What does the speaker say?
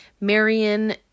Marion